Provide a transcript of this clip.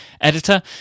editor